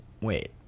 wait